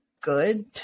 good